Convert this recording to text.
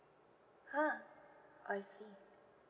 !huh! I see